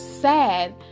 sad